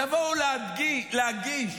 תבואו להקדיש,